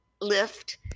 lift